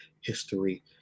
history